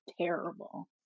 terrible